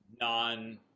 non